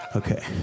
okay